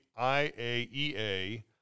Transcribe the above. IAEA